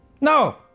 No